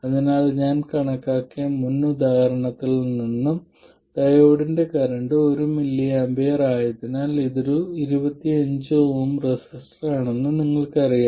അതിനാൽ ഞാൻ കണക്കാക്കിയ മുൻ ഉദാഹരണത്തിൽ നിന്ന് ഡയോഡിന്റെ കറന്റ് 1mA ആയതിനാൽ ഇതൊരു 25 Ω റെസിസ്റ്ററാണെന്ന് നിങ്ങൾക്കറിയാം